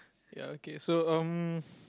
ya okay so um